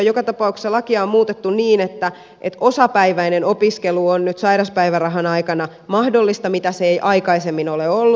joka tapauksessa lakia on muutettu niin että osapäiväinen opiskelu on nyt sairauspäivärahan aikana mahdollista mitä se ei aikaisemmin ole ollut